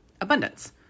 abundance